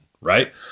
right